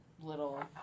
little